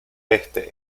este